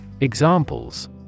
Examples